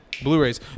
Blu-rays